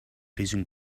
prison